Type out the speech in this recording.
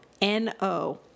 N-O